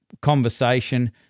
conversation